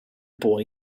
boy